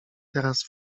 teraz